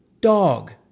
dog